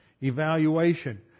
evaluation